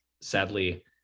sadly